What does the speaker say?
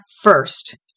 first